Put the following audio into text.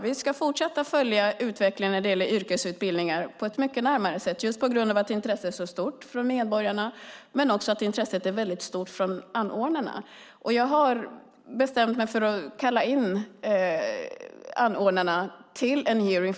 Vi ska fortsätta att följa utvecklingen när det gäller yrkesutbildningar mycket närmare, just på grund av att intresset är så stort från medborgarna men också från anordnarna. Jag har bestämt mig för att kalla in anordnarna till en hearing.